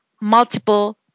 multiple